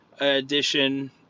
Edition